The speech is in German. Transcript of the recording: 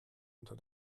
unter